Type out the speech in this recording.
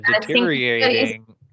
deteriorating